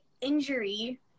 injury